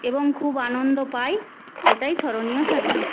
এবং খুব আনন্দ পাই এটাই স্মরণীয় থাকবে